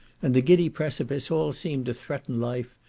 and the giddy precipice, all seem to threaten life,